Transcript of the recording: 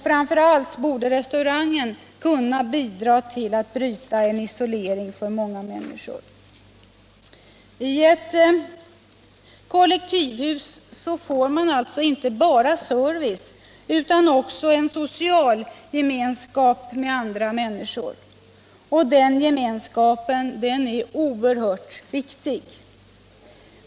Framför allt borde restaurangen kunna bidra till att bryta isoleringen för många människor. I ett kollektivhus får man alltså inte bara service utan också en social gemenskap med andra människor. Och den gemenskapen är oerhört viktig.